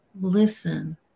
listen